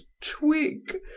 twig